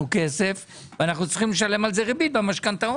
כסף ואנחנו צריכים לשלם על זה ריבית במשכנתאות.